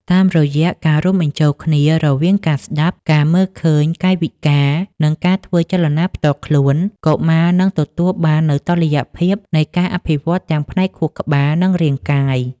តាមរយៈការរួមបញ្ចូលគ្នារវាងការស្ដាប់ ការមើលឃើញកាយវិការ និងការធ្វើចលនាផ្ទាល់ខ្លួន កុមារនឹងទទួលបាននូវតុល្យភាពនៃការអភិវឌ្ឍទាំងផ្នែកខួរក្បាល និងរាងកាយ